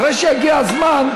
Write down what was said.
אחרי שיגיע הזמן,